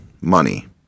money